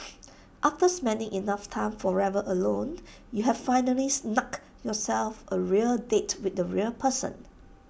after spending enough time forever alone you have finally snugged yourself A real date with the real person